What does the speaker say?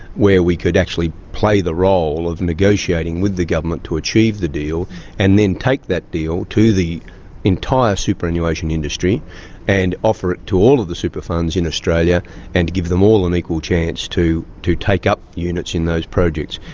where we could actually play the role of negotiating with the government to achieve the deal and then take that deal to the entire superannuation industry and offer it to all of the super funds in australia and give them all an and equal chance to to take up units in those projects.